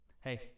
hey